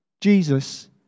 Jesus